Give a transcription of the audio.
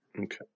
Okay